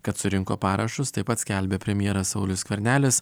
kad surinko parašus taip pat skelbė premjeras saulius skvernelis